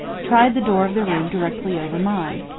tried the door of the room directly over mine.